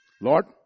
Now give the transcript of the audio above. Lord